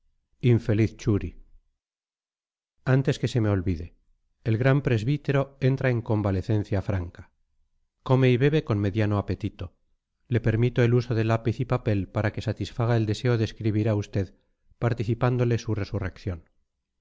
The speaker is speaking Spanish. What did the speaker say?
infeliz churi antes que se me olvide el gran presbítero entra en convalecencia franca come y bebe con mediano apetito le permito el uso de lápiz y papel para que satisfaga el deseo de escribir a usted participándole su resurrección